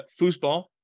Foosball